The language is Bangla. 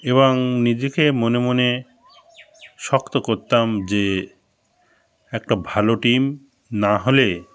এবং নিজেকে মনে মনে শক্ত করতাম যে একটা ভালো টিম না হলে